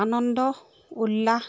আনন্দ উল্লাস